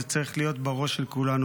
זה צריך להיות בראש של כולנו.